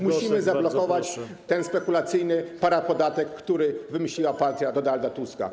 Musimy zablokować ten spekulacyjny parapodatek, który wymyśliła partia Donalda Tuska.